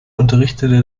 unterrichtete